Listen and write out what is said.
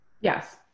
Yes